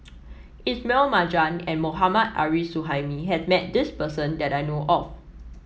Ismail Marjan and Mohammad Arif Suhaimi has met this person that I know of